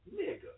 Nigga